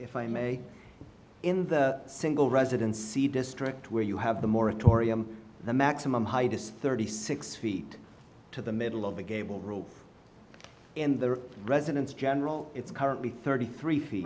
if i may in the single residency district where you have the moratorium the maximum height is thirty six feet to the middle of the gable role in the president's general it's currently thirty three feet